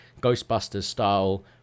Ghostbusters-style